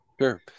Sure